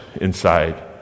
inside